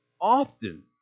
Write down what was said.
often